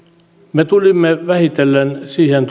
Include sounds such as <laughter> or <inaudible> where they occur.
me tulimme vähitellen siihen <unintelligible>